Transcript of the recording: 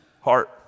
heart